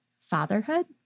fatherhood